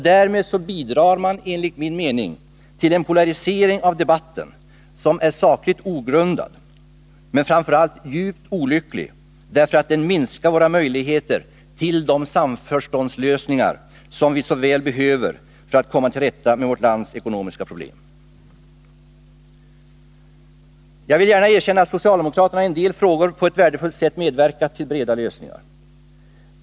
Därmed bidrar de enligt min mening till en polarisering av den politiska debatten som är sakligt ogrundad men framför allt djupt olycklig, därför att den minskar våra möjligheter till de samförståndslösningar som vi så väl behöver för att komma till rätta med vårt lands ekonomiska problem. Jag skall gärna erkänna att socialdemokraterna i en del frågor på ett värdefullt sätt har medverkat till breda lösningar.